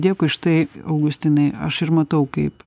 dėkui štai augustinai aš ir matau kaip